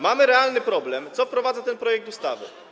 Mamy realny problem z tym, co wprowadza ten projekt ustawy.